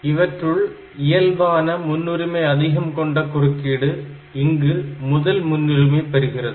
இவற்றுள் இயல்பான முன்னுரிமை அதிகம் கொண்ட குறுக்கீடு இங்கு முதல் முன்னுரிமை பெறுகிறது